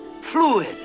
fluid